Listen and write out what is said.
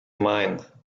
mine